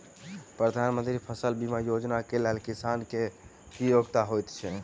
प्रधानमंत्री फसल बीमा योजना केँ लेल किसान केँ की योग्यता होइत छै?